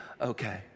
okay